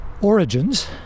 origins